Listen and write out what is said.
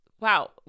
wow